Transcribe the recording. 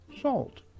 Salt